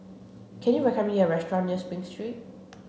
can you recommend me a restaurant near Spring Street